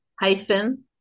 hyphen